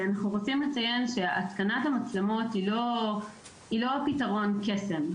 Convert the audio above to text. אנחנו רוצים לציין שהתקנת המצלמות היא לא פתרון קסם,